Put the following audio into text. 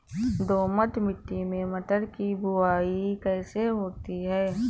दोमट मिट्टी में मटर की बुवाई कैसे होती है?